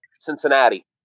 Cincinnati